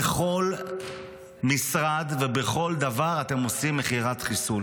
בכל משרד ובכל דבר אתם עושים מכירת חיסול.